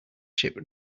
ship